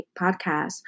podcast